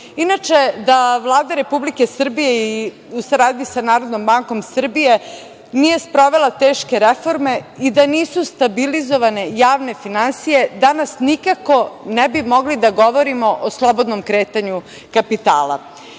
da Vlada Republike Srbije u saradnji sa Narodnom bankom Srbije nije sprovela teške reforme i da nisu stabilizovane javne finansije, danas nikako ne bi mogli da govorimo o slobodnom kretanju kapitala. Ono